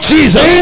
Jesus